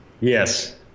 Yes